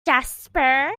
jasper